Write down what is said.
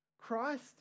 Christ